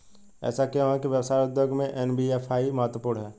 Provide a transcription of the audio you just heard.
ऐसा क्यों है कि व्यवसाय उद्योग में एन.बी.एफ.आई महत्वपूर्ण है?